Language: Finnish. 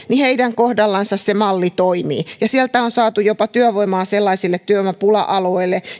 heidän kohdallansa se malli toimii sieltä on saatu työvoimaa jopa sellaisille työvoimapula alueille